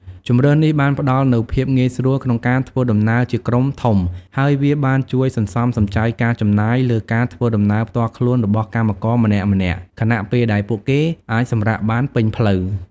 ជម្រើសនេះបានផ្តល់នូវភាពងាយស្រួលក្នុងការធ្វើដំណើរជាក្រុមធំ ហើយវាបានជួយសន្សំសំចៃការចំណាយលើការធ្វើដំណើរផ្ទាល់ខ្លួនរបស់កម្មករម្នាក់ៗ ខណៈពេលដែលពួកគេអាចសម្រាកបានពេញផ្លូវ។